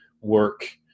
work